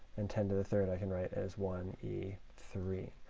and ten to the third i can write as one e three.